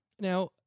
Now